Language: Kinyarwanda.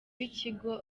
w’ikigo